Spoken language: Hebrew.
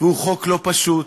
והוא חוק לא פשוט,